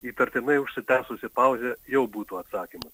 įtartinai užsitęsusi pauzė jau būtų atsakymas